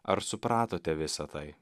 ar supratote visa tai